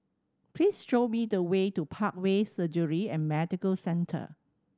please show me the way to Parkway Surgery and Medical Centre